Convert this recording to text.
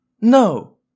No